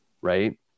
right